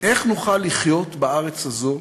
איך נוכל לחיות בארץ הזאת,